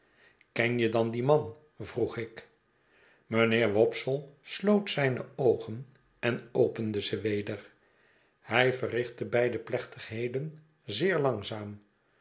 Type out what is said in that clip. ken je dan dien man vroeg ik mijnheer wopsle sloot zijne oogen en opende ze weder hij verrichtte beide plechtigheden zeer langzaam